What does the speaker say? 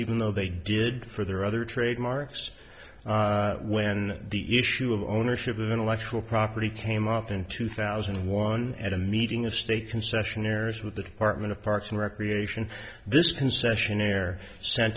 even though they did for their other trademarks when the issue of ownership of intellectual property came up in two thousand and one at a meeting of state concessionaires with the department of parks and recreation this concessionaire s